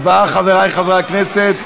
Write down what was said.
הצבעה, חברי חברי הכנסת.